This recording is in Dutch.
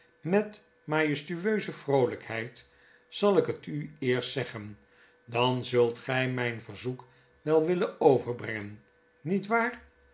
met majestueuze vroolijkheid zal ik het u eerst zeggen dan zult gy mijn verzoek wel willen overbrengen niet waar